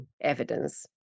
evidence